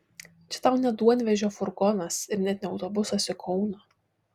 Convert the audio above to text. čia tau ne duonvežio furgonas ir net ne autobusas į kauną